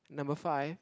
number five